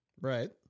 Right